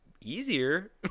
easier